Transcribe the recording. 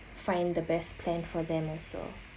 find the best plan for them also